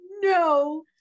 no